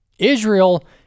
Israel